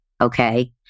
okay